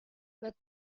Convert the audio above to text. but